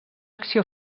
acció